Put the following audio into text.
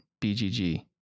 bgg